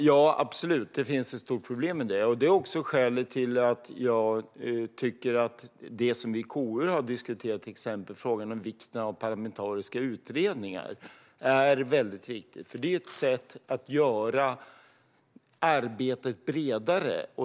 Herr talman! Ja, det finns absolut ett stort problem med det. Det är också skälet till att jag tycker att det som vi har diskuterat i KU, till exempel frågan om vikten av parlamentariska utredningar, är mycket viktigt. Det är ett sätt att göra arbetet bredare.